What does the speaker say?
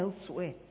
elsewhere